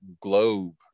globe